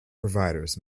providers